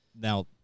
Now